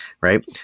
right